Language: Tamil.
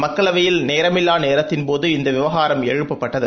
மக்களவையில் நேரமில்லா நேரத்தின் போது இந்த விவகாரம் எழுப்பப்பட்டது